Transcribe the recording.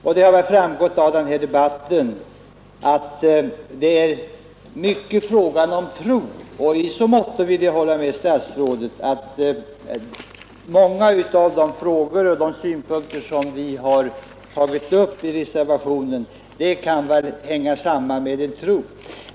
Och det har väl framgått av denna debatt att det i stor utsträckning är fråga om tro, och i så måtto vill jag hålla med statsrådet, att många av de frågor och synpunkter som vi har tagit upp i reservationen kan hänga samman med tro.